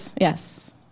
Yes